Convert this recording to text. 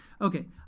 Okay